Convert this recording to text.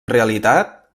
realitat